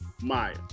Maya